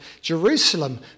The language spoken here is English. Jerusalem